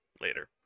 later